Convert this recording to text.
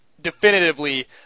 definitively